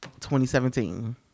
2017